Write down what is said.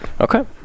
Okay